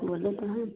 बोले तो हैं